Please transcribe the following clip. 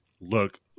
look